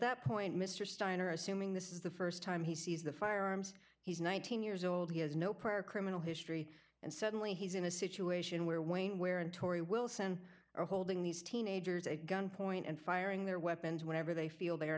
that point mr steiner assuming this is the st time he sees the firearms he's nineteen years old he has no prior criminal history and suddenly he's in a situation where when where and torrie wilson are holding these teenagers a gunpoint and firing their weapons whenever they feel they are